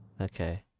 Okay